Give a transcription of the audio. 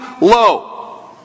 low